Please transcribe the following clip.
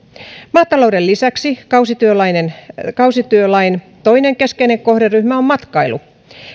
maatalouden lisäksi kausityölain toinen keskeinen kohderyhmä on matkailu